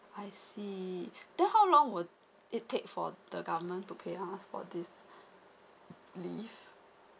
I see then how long will it take for the government to pay us for this leave